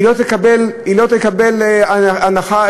היא לא תקבל הנחה,